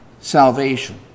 salvation